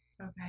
Okay